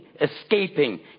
escaping